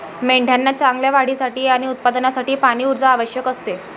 मेंढ्यांना चांगल्या वाढीसाठी आणि उत्पादनासाठी पाणी, ऊर्जा आवश्यक असते